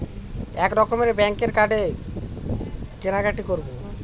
এক রকমের ব্যাঙ্কের কার্ডে কেনাকাটি করব